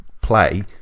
play